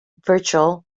virtual